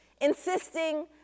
insisting